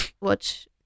watch